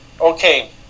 Okay